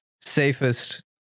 safest